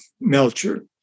Melcher